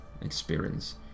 experience